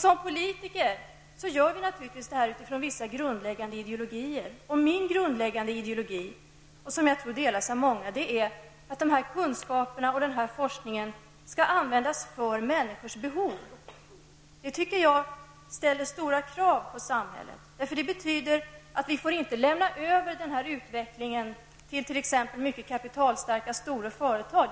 Som politiker gör vi naturligtvis detta utifrån vissa grundläggande ideologier. Min grundläggande ideologi, som jag tror delas av många, innebär att dessa kunskaper och denna forskning skall användas för människors behov. Det tycker jag ställer stora krav på samhället. Det betyder nämligen att vi inte får lämna över denna utveckling till t.ex. mycket kapitalstarka stora företag.